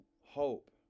hope